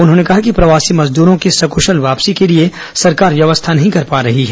उन्होंने कहा कि प्रवासी मजदूरो की सकृशल वापसी के लिए सरकार व्यवस्था नहीं कर पा रही है